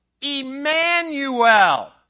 Emmanuel